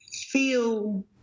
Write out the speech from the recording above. feel